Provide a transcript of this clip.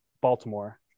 Baltimore